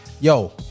yo